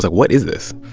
but what is this?